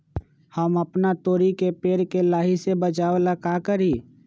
हम अपना तोरी के पेड़ के लाही से बचाव ला का करी?